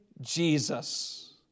Jesus